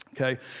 okay